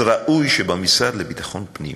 אז ראוי שבמשרד לביטחון הפנים